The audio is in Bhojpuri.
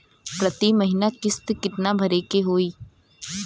प्रति महीना किस्त कितना भरे के होई?